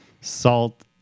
salt